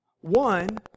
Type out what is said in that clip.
One